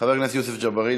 חבר הכנסת יוסף ג'בארין.